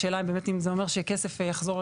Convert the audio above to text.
השאלה אם זה אומר שכסף יחזור,